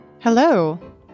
Hello